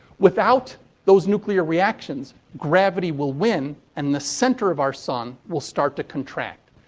without those nuclear reactions, gravity will win and the center of our sun will start to contract.